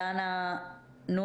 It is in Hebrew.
זה לא נעל"ה וזה לא אנשים אחרים.